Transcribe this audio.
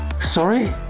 Sorry